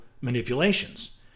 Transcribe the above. manipulations